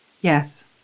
Yes